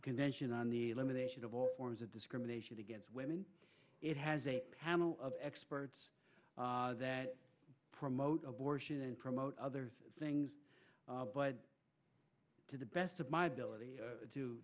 convention on the elimination of all forms of discrimination against women it has a panel of experts that promote abortion and promote other things to the best of my ability to